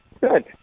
Good